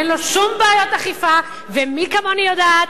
אין לו שום בעיות אכיפה, ומי כמוני יודעת.